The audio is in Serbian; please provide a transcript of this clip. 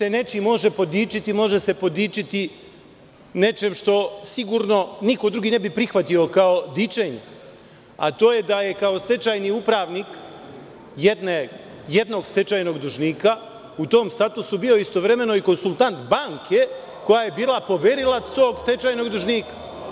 Ako se nečim može podičiti, može se podičiti nečim što sigurno niko drugi ne bi prihvatio kao dičenje, to je da je kao stečajni upravnik jednog stečajnog dužnika u tom statusu bio istovremeno i konsultant banke koja je bila poverilac tog stečajnog dužnika.